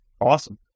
awesome